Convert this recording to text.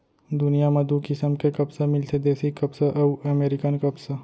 दुनियां म दू किसम के कपसा मिलथे देसी कपसा अउ अमेरिकन कपसा